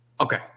Okay